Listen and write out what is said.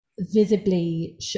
visibly